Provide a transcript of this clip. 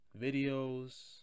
Videos